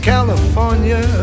California